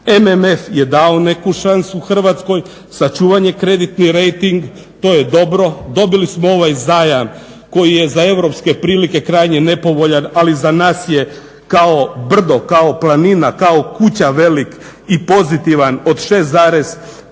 MMF je dao neku šansu Hrvatskoj, sačuvan je kreditni rejting to je dobro. Dobili smo ovaj zajam koji je za europske prilike krajnje nepovoljan, ali za nas je kao brdo, kao planina, kao kuća velik i pozitivan od 6,37%.